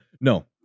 no